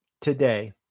today